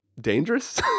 dangerous